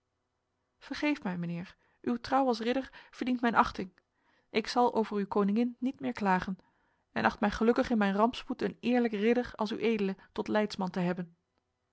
vergeef mij mijnheer uw trouw als ridder verdient mijn achting ik zal over uw koningin niet meer klagen en acht mij gelukkig in mijn rampspoed een eerlijk ridder als uedele tot leidsman te hebben